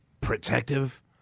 protective